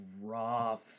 rough